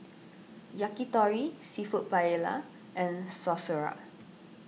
Yakitori Seafood Paella and Sauerkraut